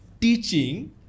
teaching